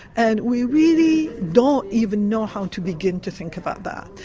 and we really don't even know how to begin to think about that.